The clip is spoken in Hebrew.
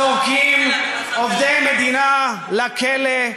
זורקים עובדי מדינה לכלא,